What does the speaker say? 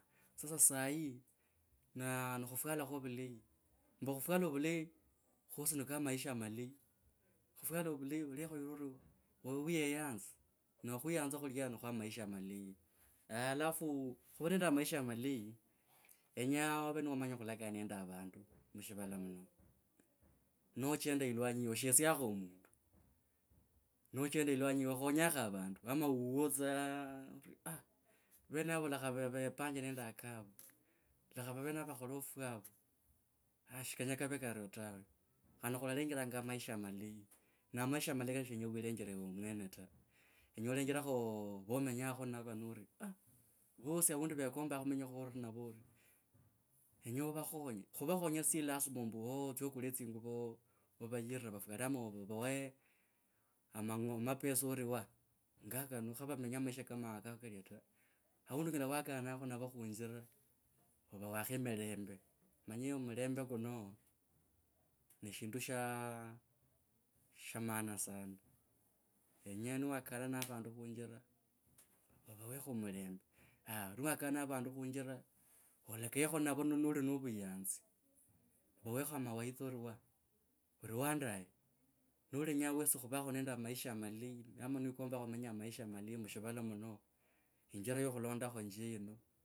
Sasa sahi na nokhufwalakho vulayi, mbu khufwala vulayi kosi niko maisha malayi khufwala ori weyeyanza no khwiyanza khulia nikhwa a maisha malayi alafu khu nende maisha malayi kenyaa ovee niwamanya khulakaya nende avandu mushivala muno nachenda ilwanyi eyi oshesiakho omundu? Nochenda ilwanyi eyi okhonyakho avandu? Ama wuwo tsa, aah venavo lakha vepanje nende akava, lakha venavo vakhole otwavo aash si kenya kave kario tawe. Ano khulalenjeranga a maisha malayi ne maisha malayi. Si lasima ombu ooh otsie okule tsinguvo ovayire vafwala ama ovawe amango, amapesa ori waah ngakano kho vamenya maisha kama kako kalia ta. Aundi kana wakanakho navo khunjira ovawakho milembe omanye omulembe kuno ni shindu sha. Sha maana sana kenya niwakana na avandu khunjira ovawekho mulembe na liwakana na vandu khunjira olakayekho. Ninavo noli novuyanzi vawekho a mawaidha ori waa ori wandaye ndenya wesi khuvakho nende a maisha a malayi ama niwikombanga khumenya maisha malayi mu shivala muno injira yokhulondakho nje yino.